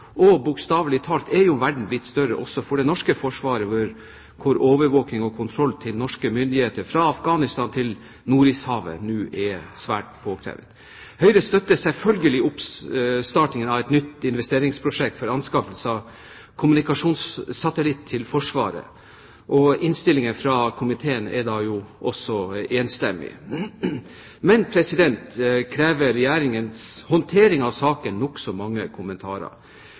Og bokstavelig talt er jo verden blitt større også for det norske forsvaret, hvor overvåkning og kontroll til norske myndigheter fra Afghanistan til Nordishavet nå er svært påkrevd. Høyre støtter selvfølgelig oppstarten av et nytt investeringsprosjekt for anskaffelse av kommunikasjonssatellitt til Forsvaret, og innstillingen fra komiteen er da også enstemmig. Imidlertid krever Regjeringens håndtering av saken nokså mange kommentarer.